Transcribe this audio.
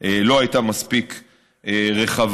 לא הייתה מספיק רחבה.